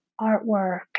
artwork